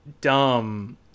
dumb